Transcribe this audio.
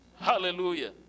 Hallelujah